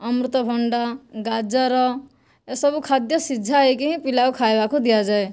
ଅମୃତଭଣ୍ଡା ଗାଜର ଏସବୁ ଖାଦ୍ୟ ସିଝା ହୋଇକି ହିଁ ପିଲାକୁ ଖାଇବାକୁ ଦିଆଯାଏ